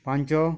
ପାଞ୍ଚ